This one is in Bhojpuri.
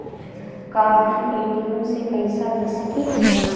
का हम ए.टी.एम से पइसा भेज सकी ले?